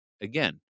Again